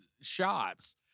shots